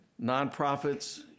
nonprofits